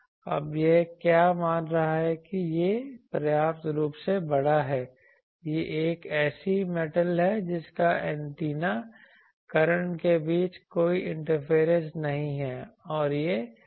अब वह क्या मान रहा है कि यह पर्याप्त रूप से बड़ा है यह एक ऐसी मैटल है जिसका एंटेना करंट के बीच कोई इंटरफेरेंस नहीं है और यह मैटल है